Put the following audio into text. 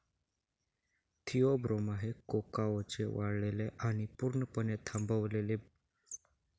Theobroma हे कोकाओचे वाळलेले आणि पूर्णपणे आंबवलेले बियाणे आहे